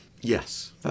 Yes